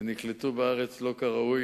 ודווקא הרשויות באזורים הללו,